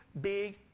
big